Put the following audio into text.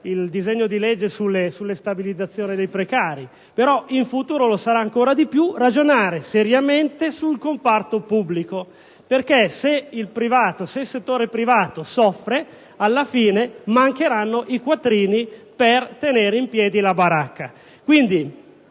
il disegno di legge sulla stabilizzazione dei precari e poi in futuro ancora di più, si renderà necessario ragionare seriamente sul comparto pubblico, perché se il settore privato soffre, alla fine mancheranno i quattrini per tenere in piedi la baracca.